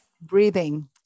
breathing